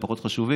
הם פחות חשובים,